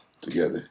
together